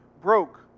broke